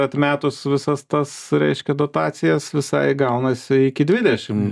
atmetus visas tas reiškia dotacijas visai gaunasi iki dvidešim